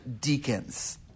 deacons